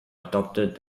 adopted